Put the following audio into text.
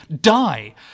Die